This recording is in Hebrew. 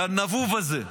לנבוב הזה,